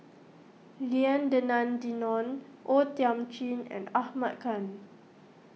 Lim Denan Denon O Thiam Chin and Ahmad Khan